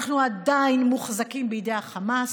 אנחנו עדיין מוחזקים בידי החמאס,